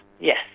yes